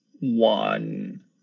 one